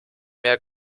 mehr